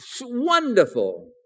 wonderful